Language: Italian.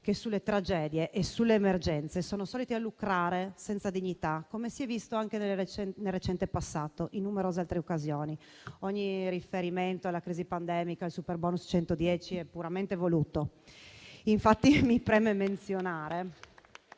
che, sulle tragedie e sulle emergenze, sono soliti lucrare senza dignità, come si è visto anche nel recente passato, in numerose altre occasioni. Ogni riferimento alla crisi pandemica e al superbonus 110 è puramente voluto. Inoltre, mi preme menzionare